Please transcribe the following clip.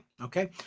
okay